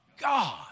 God